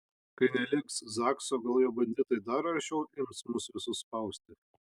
kai neliks zakso gal jo banditai dar aršiau ims mus visus spausti